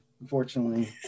Unfortunately